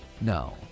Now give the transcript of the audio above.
No